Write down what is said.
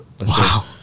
Wow